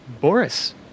boris